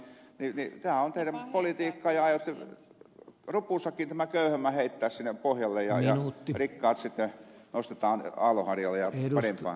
tämä on teidän politiikkaanne ja aiotte rupusakin tämän köyhemmän heittää sinne pohjalle ja rikkaat sitten nostetaan aallonharjalle ja parempaan